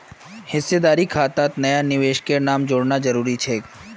हिस्सेदारी खातात नया निवेशकेर नाम जोड़ना जरूरी छेक